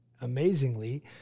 amazingly